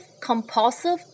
compulsive